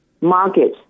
market